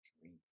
Dream